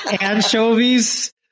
anchovies